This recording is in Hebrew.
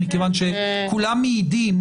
מכיוון שכולם מעידים